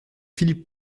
philippe